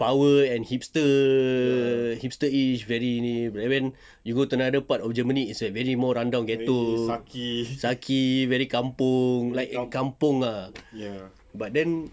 power and hipster hipster-ish very ni and then you go to another part of germany is like very more rundown ghetto sucky very kampung like in kampung ah but then